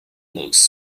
looks